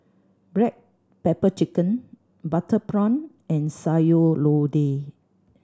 black pepper chicken butter prawn and Sayur Lodeh